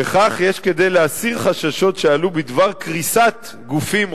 בכך יש כדי להסיר חששות שעלו בדבר קריסת גופים,